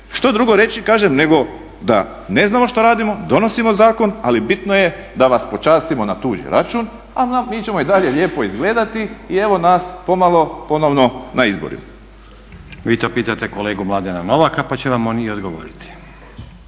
što drugo reći kažem nego da ne znamo što radimo, donosimo zakon, ali bitno je da vas počastimo na tuđi račun, ali mi ćemo i dalje lijepo izgledati i evo nas pomalo ponovno na izborima. **Stazić, Nenad (SDP)** Vi to pitate kolegu Mladena Novaka, pa će vam on i odgovoriti.